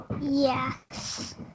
Yes